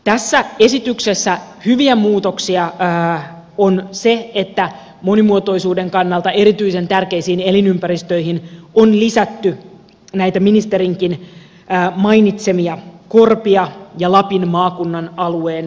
tässä esityksessä hyviä muutoksia on se että monimuotoisuuden kannalta erityisen tärkeisiin elinympäristöihin on lisätty näitä ministerinkin mainitsemia korpia ja lapin maakunnan alueen letot